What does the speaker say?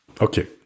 okay